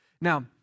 Now